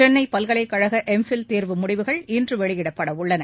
சென்னை பல்கலைக் கழக M Phil தேர்வு முடிவுகள் இன்று வெளியிடப்பட உள்ளன